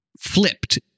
flipped